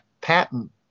patent